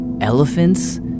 elephants